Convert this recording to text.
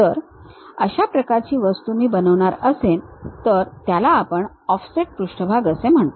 जर मी अशा प्रकारची वस्तू बनवणार असेन तर त्याला आपण ऑफसेट पृष्ठभाग असे म्हणतो